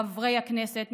חברי הכנסת,